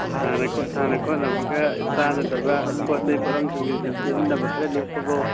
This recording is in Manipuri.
ꯁꯥꯟꯅ ꯈꯣꯠꯅꯕꯒ ꯆꯥꯟꯅꯗꯕ ꯄꯣꯠ ꯆꯩ ꯄꯣꯠꯂꯝꯁꯤꯡꯗꯨꯗꯤ ꯁꯤꯖꯤꯟꯅꯕ ꯈꯔ ꯂꯦꯞꯄꯣꯀꯣ